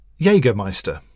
Jägermeister